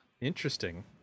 interesting